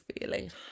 feeling